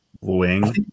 wing